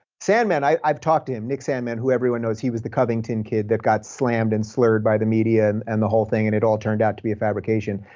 sandmann, i've talked to him, nick sandmann, who everyone knows. he was the covington kid that got slammed and slurred by the media and the whole thing and it all turned out to be a fabrication.